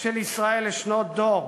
של ישראל לשנות דור.